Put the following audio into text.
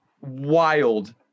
wild